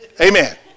Amen